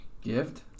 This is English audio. Gift